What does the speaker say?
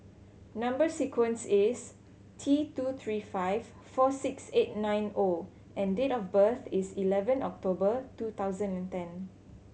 number sequence is T two three five four six eight nine O and date of birth is eleven October two thousand and ten